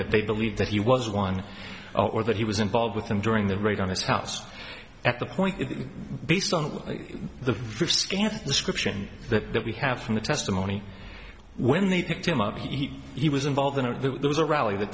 that they believed that he was one or that he was involved with them during the raid on his house at the point based on the scant description that we have from the testimony when they picked him up he he was involved in a there was a rally that